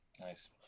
nice